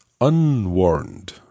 unwarned